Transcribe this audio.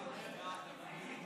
מיקי,